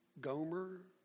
Gomer